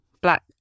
black